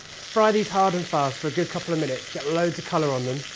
fry these hard and fast for a good couple of minutes. get loads of color on them.